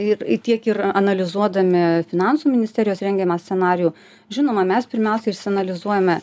ir tiek ir analizuodami finansų ministerijos rengiamą scenarijų žinoma mes pirmiausia išsianalizuojame